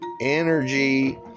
energy